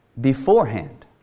Beforehand